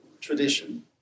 tradition